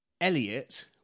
Elliot